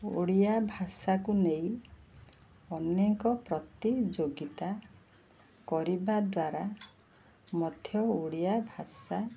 ଓଡ଼ିଆ ଭାଷାକୁ ନେଇ ଅନେକ ପ୍ରତିଯୋଗିତା କରିବା ଦ୍ୱାରା ମଧ୍ୟ ଓଡ଼ିଆ ଭାଷା